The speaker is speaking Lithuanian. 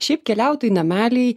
šiaip keliautojai namely